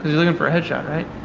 you're looking for a head shot right?